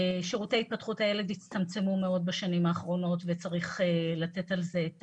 שירותי התפתחות הילד הצטמצמו מאוד בשנים האחרונות וצריך לתת על זה את